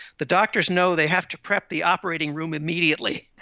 the doctors know they have to prep the operating room immediately.